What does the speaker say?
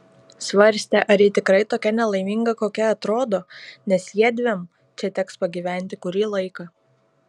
svarstė ar ji tikrai tokia nelaiminga kokia atrodo nes jiedviem čia teks pagyventi kurį laiką